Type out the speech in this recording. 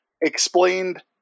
explained